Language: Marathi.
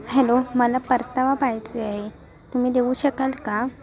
हॅलो मला परतावा पाहिजे आहे तुम्ही देऊ शकाल का